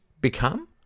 become